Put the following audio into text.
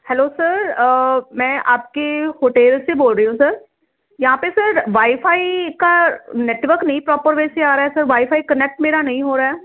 hello sir ਮੈਂ ਤੁਹਾਡੇ hotel ਤੋਂ ਬੋਲ ਰਹੀ ਹਾਂ ਸਰ ਇੱਥੇ ਸਰ ਵਾਈਫਾਈ ਦਾ ਨੈਟਵਰਕ ਨਹੀ ਪ੍ਰੋਪਰ ਵੈਸੇ ਆ ਰਹਾਂ ਵਾਈਫਾਈ ਕਨੈਕਟ ਮੇਰਾ ਨਹੀਂ ਹੋ ਰਹਾ